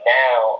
now